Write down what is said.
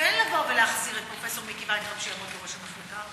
כן לבוא ולהחזיר את פרופסור מיקי וינטראוב שיעמוד בראש המחלקה,